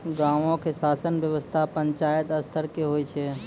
गांवो के शासन व्यवस्था पंचायत स्तरो के होय छै